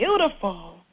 beautiful